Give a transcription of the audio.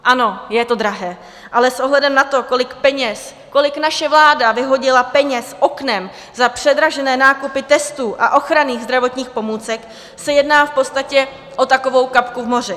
Ano, je to drahé, ale s ohledem na to, kolik peněz, kolik naše vláda vyhodila peněz oknem za předražené nákupy testů a ochranných zdravotních pomůcek, se jedná v podstatě o takovou kapku v moři.